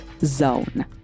.zone